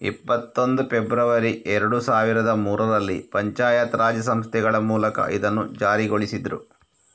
ಇಪ್ಪತ್ತೊಂದು ಫೆಬ್ರವರಿ ಎರಡು ಸಾವಿರದ ಮೂರರಲ್ಲಿ ಪಂಚಾಯತ್ ರಾಜ್ ಸಂಸ್ಥೆಗಳ ಮೂಲಕ ಇದನ್ನ ಜಾರಿಗೊಳಿಸಿದ್ರು